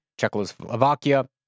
Czechoslovakia